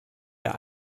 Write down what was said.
der